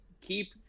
keep